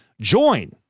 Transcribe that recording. Join